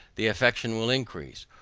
the affection will increase,